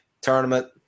tournament